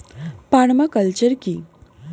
Parma culture কি?